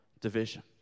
division